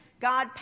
God